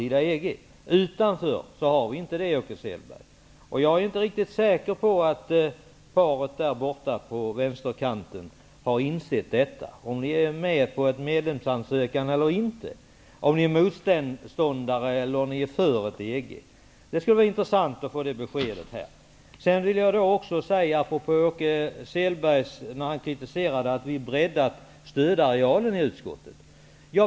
Om vi står utanför har vi inte det, Åke Selberg. Jag är inte riktigt säker på att paret på vänsterkanten har insett detta och om ni är med på en medlemsansökan eller inte, om ni är motståndare till EG eller för EG. Det skulle vara intressant att få besked om det här. Åke Selberg kritiserade att vi i utskottet breddar stödarealen.